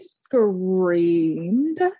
screamed